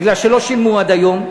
מפני שלא שילמו עד היום.